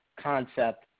concept